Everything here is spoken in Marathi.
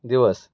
दिवस